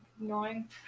annoying